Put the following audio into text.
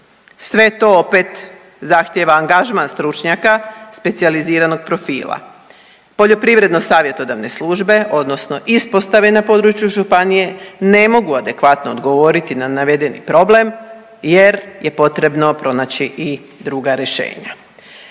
Sve to opet zahtijeva angažman stručnjaka specijaliziranog profila. Poljoprivredno-savjetodavne službe, odnosno ispostave na području županije ne mogu adekvatno odgovoriti na navedeni problem, jer je potrebno pronaći i druga rješenja.